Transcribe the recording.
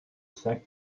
cinq